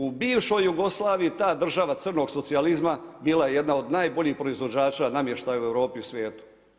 U bivšoj Jugoslaviji ta država crnog socijalizma bila je jedna od najboljih proizvođača namještaja u Europi i u svijetu.